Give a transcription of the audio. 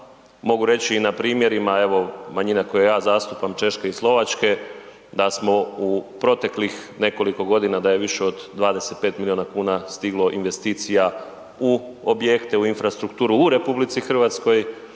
Mogu reći i na primjerima, evo, manjina koje ja zastupam, Češke i Slovačke, da smo u proteklih nekoliko godina, da je više od 25 milijuna kuna stiglo investicija u objekte, u infrastrukturu u RH, da se